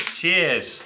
Cheers